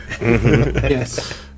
Yes